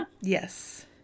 Yes